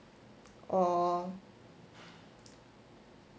or